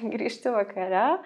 grįžti vakare